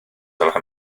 gwelwch